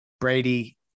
Brady